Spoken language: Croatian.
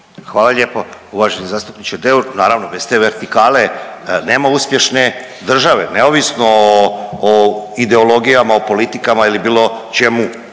Hvala lijepo. Uvaženi zastupniče Deur, naravno bez te vertikale nema uspješne države neovisno o, o ideologijama, o politikama ili bilo čemu,